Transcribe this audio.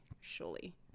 surely